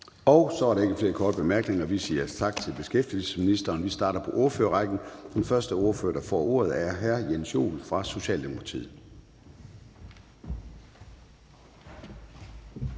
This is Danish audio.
Så er der ikke flere korte bemærkninger, og vi siger tak til beskæftigelsesministeren. Vi starter på ordførerrækken, og den første ordfører, der får ordet, er hr. Jens Joel fra Socialdemokratiet.